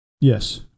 Yes